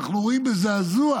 אנחנו רואים באותו זעזוע